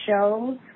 shows